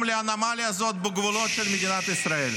לאנומליה הזאת בגבולות של מדינת ישראל.